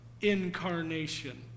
incarnation